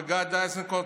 וגדי איזנקוט,